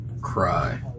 Cry